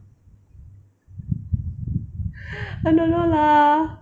I don't know lah